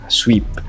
sweep